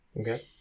Okay